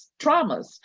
traumas